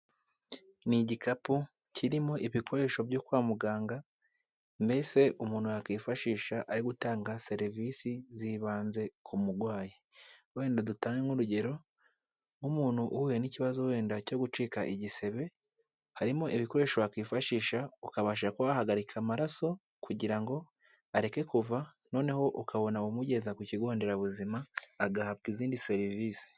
Ni igikapu kirimo ibikoresho byo kwa muganga, mbese umuntu yakwifashisha ari gutanga serivisi zibanze ku murwayi. Wenda dutange nk'urugero, nk'umuntu uhuye n'ikibazo wenda cyo gucika igisebe, harimo ibikoresho wakwifashisha ukabasha kuhagarika amaraso kugira ngo areke kuva noneho ukabona abamugeza ku kigo nderabuzima, agahabwa izindi serivisi.